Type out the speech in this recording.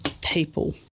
people